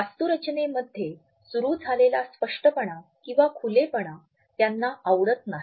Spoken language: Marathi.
वास्तुरचनेमध्ये सुरु झालेला स्पष्टपणा किंवा खुलेपणा त्यांना आवडत नाही